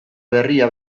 berria